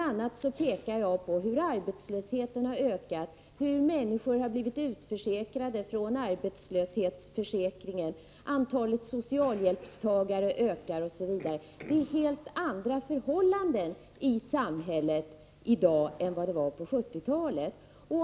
a. pekar jag på hur arbetslösheten har ökat, hur människor har blivit utförsäkrade från arbetslöshetsförsäkringen, antalet socialhjälpstagare ökar, osv. Det råder helt andra förhållanden i samhället i dag än det gjorde på 1970-talet.